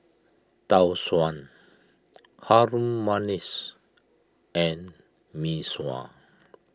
Tau Suan Harum Manis and Mee Sua